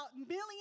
millions